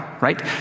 right